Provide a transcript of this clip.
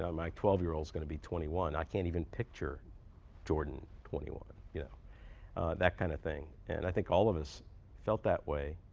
um my twelve year old's going to be twenty one. i can't even picture jordan twenty one. you know that kind of thing. and i think all of us felt that way.